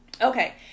Okay